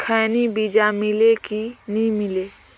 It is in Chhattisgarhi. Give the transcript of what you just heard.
खैनी बिजा मिले कि नी मिले?